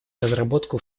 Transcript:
разработку